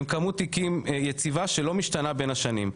עם כמות תיקים יציבה שלא משתנה בין השנים.